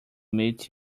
meet